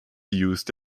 used